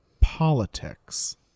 politics